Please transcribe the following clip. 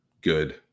good